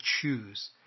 choose